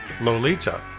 Lolita